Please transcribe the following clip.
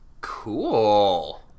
Cool